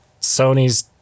Sony's